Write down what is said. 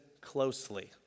closely